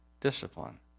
discipline